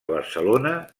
barcelona